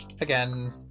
again